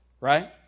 Right